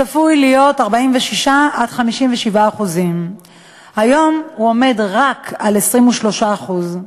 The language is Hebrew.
צפוי להיות 46% 57%. היום הוא עומד על 23% בלבד.